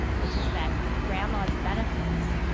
which is that grandma's benefits,